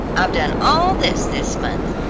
i've done all this this month.